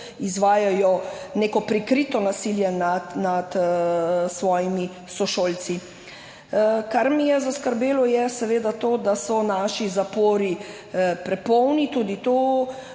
izvajajo neko prikrito nasilje nad svojimi sošolci. Kar me je zaskrbelo, je seveda to, da so naši zapori prepolni. Tudi to,